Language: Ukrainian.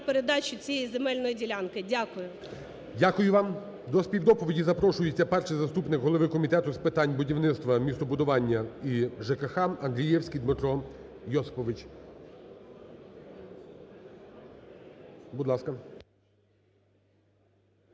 передачу цієї земельної ділянки. Дякую. ГОЛОВУЮЧИЙ. Дякую вам. До співдоповіді запрошується перший заступник голови Комітету з питань будівництва, містобудування і ЖКГ Андрієвський Дмитро Йосипович. Будь ласка.